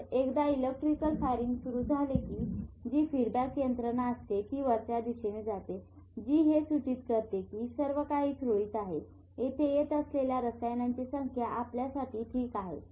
तर एकदा electrical firing सुरू झाले की जी फीडबॅक यंत्रणा असते ती वरच्या दिशेने जाते जी हे सूचित करते कि सर्व कांही सुरळीत आहे येथे येत असलेल्या रसायनांची संख्या आपल्यासाठी ठीक आहे